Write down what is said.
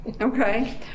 Okay